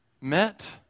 met